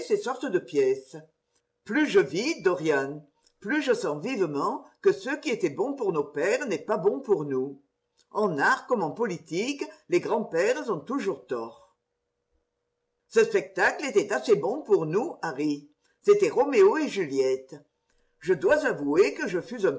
ces sortes de pièces plus je vis dorian plus je sens vivement que ce qui était bon pour nos pères n'est pas bon pour nous en art comme en politique les grands-pères ont toujours tort en français dans le texte ce spectacle était assez bon pour nous harry c'était roméo et juliette je dois avouer que je fus